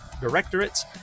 directorates